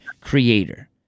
creator